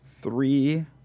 three